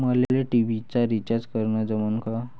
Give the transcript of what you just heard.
मले टी.व्ही चा रिचार्ज करन जमन का?